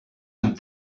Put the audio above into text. amb